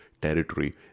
territory